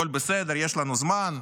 הכול בסדר, יש לנו זמן.